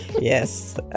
Yes